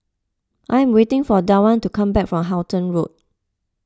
I am waiting for Dwan to come back from Halton Road